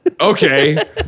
Okay